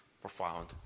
profound